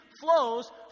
flows